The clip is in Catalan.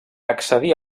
accedir